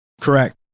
Correct